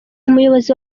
umuyobozi